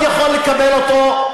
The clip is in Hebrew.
עוד יכול לקבל אותו,